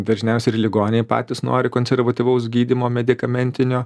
dažniausiai ir ligoniai patys nori konservatyvaus gydymo medikamentinio